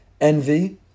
Envy